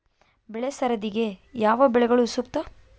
ಬೆಳೆ ಸರದಿಗೆ ಯಾವ ಬೆಳೆಗಳು ಸೂಕ್ತ?